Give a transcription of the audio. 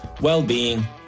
well-being